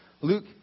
Luke